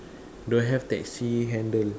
don't have taxi handle